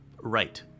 Right